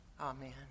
Amen